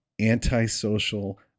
antisocial